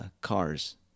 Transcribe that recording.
cars